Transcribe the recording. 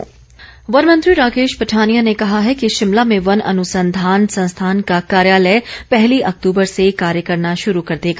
one मंत्री वन मंत्री राकेश पठानिया ने कहा है कि शिमला में वन अनुसंधान संस्थान का कार्यालय पहली अक्तूबर से कार्य करना शुरू कर देगा